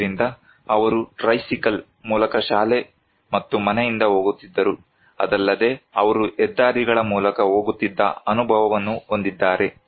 ಆದ್ದರಿಂದ ಅವರು ಟ್ರೈಸಿಕಲ್ ಮೂಲಕ ಶಾಲೆ ಮತ್ತು ಮನೆಯಿಂದ ಹೋಗುತ್ತಿದರು ಅದಲ್ಲದೆ ಅವರು ಹೆದ್ದಾರಿಗಳ ಮೂಲಕ ಹೋಗುತ್ತಿದ್ದ ಅನುಭವವನ್ನು ಹೊಂದಿದ್ದಾರೆ